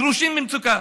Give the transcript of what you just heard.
לגרושים במצוקה.